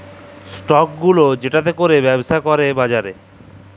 stock গুলা যেটতে ক্যইরে ব্যবছা ক্যরে বাজারে